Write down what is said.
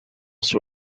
sur